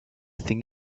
thing